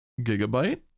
Gigabyte